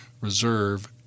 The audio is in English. Reserve